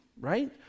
right